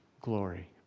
glory